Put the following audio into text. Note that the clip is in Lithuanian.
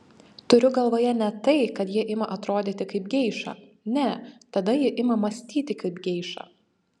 turiu galvoje ne tai kad ji ima atrodyti kaip geiša ne tada ji ima mąstyti kaip geiša